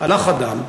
הלך אדם,